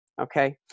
okay